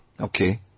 Okay